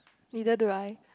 either do I